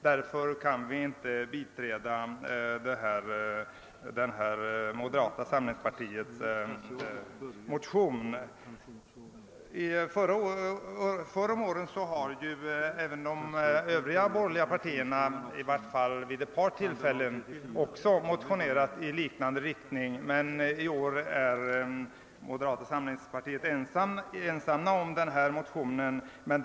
Därför kan inte majoriteten biträda moderata samlingspartiets motion. Förr om åren har även de övriga borgerliga partierna i vart fall vid ett par tillfällen motionerat i liknande riktning, men i år är moderata samlingspartiet ensamt om motionen.